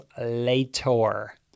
later